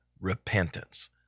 repentance